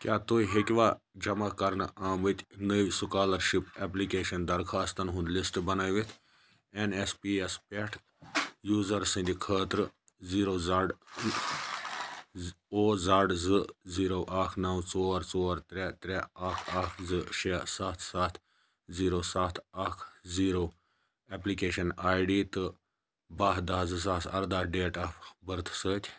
کیٛاہ تُہۍ ہیٚکوا جمع کَرنہٕ آمٕتۍ نٔوۍ سُکالرشِپ ایٚپلِکیشن درخاستَن ہُنٛد لِسٹ بنٲوِتھ این ایس پی یَس پٮ۪ٹھ یوٗزر سٕنٛدِ خٲطرٕ زیٖرو زڈ او زَڈ زٕ زیٖرو اَکھ نو ژور ژور ترٛےٚ ترٛےٚ اَکھ اَکھ زٕ شیٚے سَتھ سَتھ زیٖرو سَتھ اَکھ زیٖرو ایٛپلِکیشن آٮٔۍ ڈی تہٕ باہ دَہ زٕ ساس اَرداہ ڈیٹ آف بٔرتھ سۭتۍ